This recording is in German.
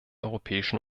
europäischen